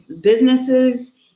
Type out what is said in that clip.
businesses